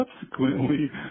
subsequently